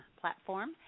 platform